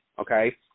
okay